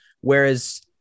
Whereas